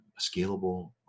scalable